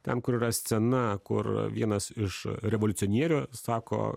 ten kur yra scena kur vienas iš revoliucionierių sako